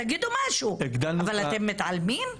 תגידו משהו, אבל אתם מתעלמים?